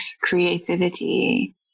creativity